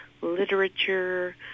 literature